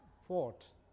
fought